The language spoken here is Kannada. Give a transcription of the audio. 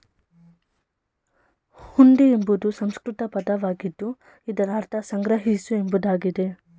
ಹುಂಡಿ ಎಂಬುದು ಸಂಸ್ಕೃತ ಪದವಾಗಿದ್ದು ಇದರ ಅರ್ಥ ಸಂಗ್ರಹಿಸು ಎಂಬುದಾಗಿದೆ